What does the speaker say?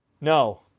No